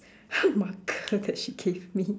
marker that she gave me